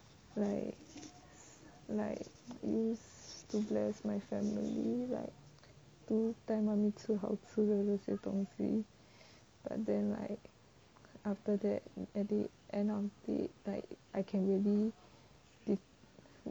like like use to bless my family like do 带他们吃好吃的那些东西 and but then like after that at the end of the like I can really like